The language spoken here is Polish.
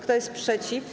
Kto jest przeciw?